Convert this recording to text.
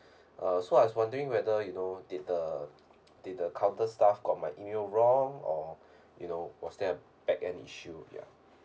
uh so I was wondering whether you know did the did the counter staff got my email wrong or you know was there a back an issue ya